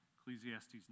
Ecclesiastes